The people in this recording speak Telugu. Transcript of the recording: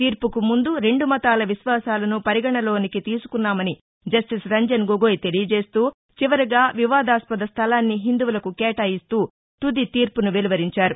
తీర్పుకు ముందు రెండు మతాల విశ్వాసాలను పరిగణలోనికి తీసుకున్నామని జస్లిస్ రంజన్ గొగొయి తెలియజేస్తూ చివరగా వివాదాస్పద స్టలాన్ని హిందువులకు కేటాయిస్తూ తుది తీర్పును వెలువరించారు